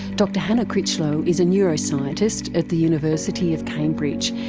dr hannah critchlow is a neuroscientist at the university of cambridge,